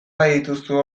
badituzu